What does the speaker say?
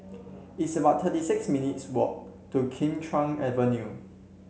it's about thirty six minutes walk to Kim Chuan Avenue